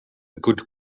good